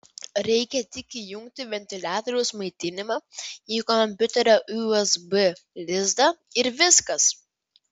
reikia tik įjungti ventiliatoriaus maitinimą į kompiuterio usb lizdą ir viskas